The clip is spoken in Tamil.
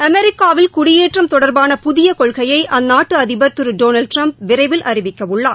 அமெிக்காவில் குடியேற்றம் தொடர்பான புதிய கொள்கையை அந்நாட்டு அதிபர் திரு டொனால்டு ட்டிரம்ப் விரைவில் அறிவிக்கவுள்ளார்